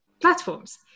platforms